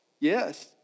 Yes